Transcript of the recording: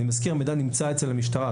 אני מזכיר שמידע נמצא אצל המשטרה,